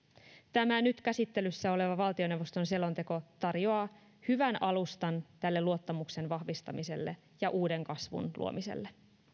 tämä nyt käsittelyssä oleva valtioneuvoston selonteko tarjoaa hyvän alustan tälle luottamuksen vahvistamiselle ja uuden kasvun luomiselle